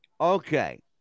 Okay